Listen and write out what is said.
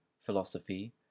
philosophy